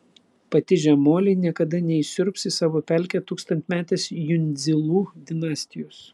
patižę moliai niekada neįsiurbs į savo pelkę tūkstantmetės jundzilų dinastijos